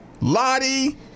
Lottie